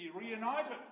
reunited